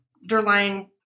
underlying